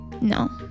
No